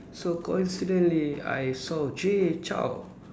so coincidentally I saw Jay Chou